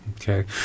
Okay